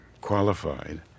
qualified